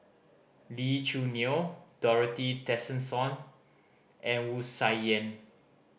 Lee Choo Neo Dorothy Tessensohn and Wu Tsai Yen